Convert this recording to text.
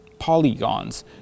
polygons